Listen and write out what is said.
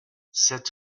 sept